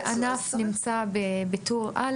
אז את מציעה בעצם שיהיה כתוב שכול ענף שנמצא בטור א'